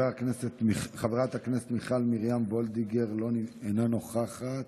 חברת הכנסת מיכל מרים וולדיגר, אינה נוכחת.